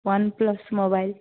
one plus mobile